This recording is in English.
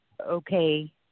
Okay